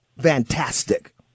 Fantastic